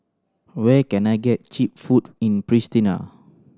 where can I get cheap food in Pristina